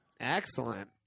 Excellent